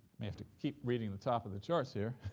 may have to keep reading the top of the charts here.